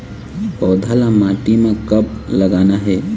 पौधा ला माटी म कब लगाना हे?